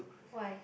why